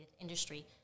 industry